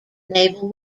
naval